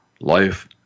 life